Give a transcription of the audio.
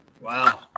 Wow